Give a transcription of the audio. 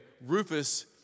Rufus